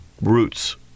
roots